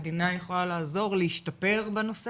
המדינה יכולה לעזור להשתפר בנושא?